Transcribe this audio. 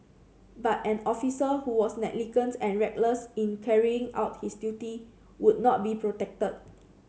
but an officer who was negligent or reckless in carrying out his duty would not be protected